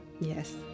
Yes